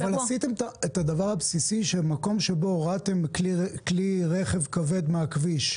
עשיתים את הדבר הבסיסי שמקום שבו הורדתם כלי רכב כבד מהכביש,